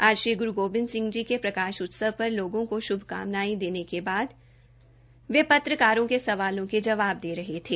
आज श्री ग्रू गोंबिंद के प्रकाश उत्सव पर लोगों को श्भकामनायें देने के बाद वे पत्रकारों के सवालों के जवाब दे रहे थे